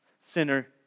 Sinner